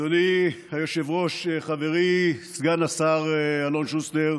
אדוני היושב-ראש, חברי סגן השר אלון שוסטר,